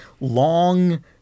long